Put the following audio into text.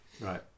Right